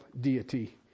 deity